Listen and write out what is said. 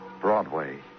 Broadway